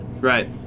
Right